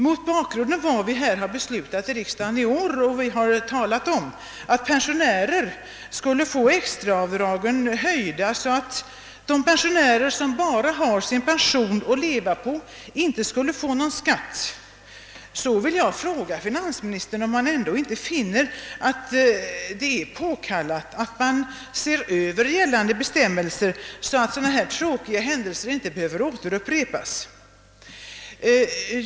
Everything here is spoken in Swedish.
Mot bakgrunden av vad vi har beslutat i riksdagen i år — vi har talat om att pensionärer skulle få extraavdragen höjda, så att de som bara har sin pension att leva på inte skulle få någon skatt — vill jag fråga finansministern, om han ändå inte finner det påkallat att man ser över gällande bestämmelser, så att sådana tråkiga händelser inte behöver upprepas.